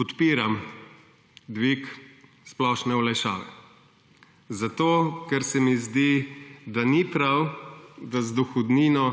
podpiram dvig splošne olajšave, zato ker se mi zdi, da ni prav, da z dohodnino